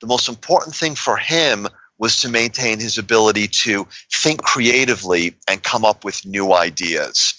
the most important thing for him was to maintain his ability to think creatively and come up with new ideas